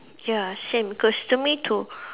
ya same cause to me to